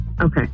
Okay